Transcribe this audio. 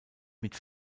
mit